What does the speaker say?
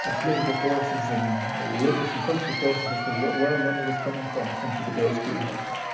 ah political forces and religious and cultural forces as to where money was coming from, essentially, to build schoolhouses.